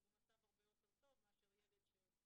אז הוא במצב הרבה יותר טוב מאשר ילד שהוא רק